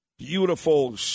Beautiful